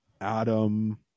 Adam